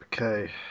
Okay